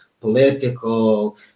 political